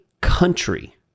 country